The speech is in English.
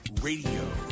Radio